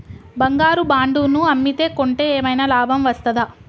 బంగారు బాండు ను అమ్మితే కొంటే ఏమైనా లాభం వస్తదా?